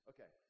Okay